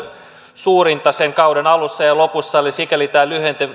suurinta kauden alussa ja ja lopussa eli sikäli tämä